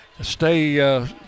Stay